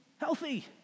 healthy